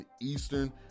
Eastern